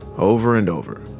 over and over